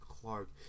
Clark